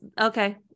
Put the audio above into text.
okay